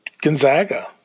Gonzaga